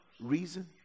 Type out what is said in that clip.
reason